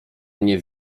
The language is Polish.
mnie